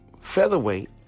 featherweight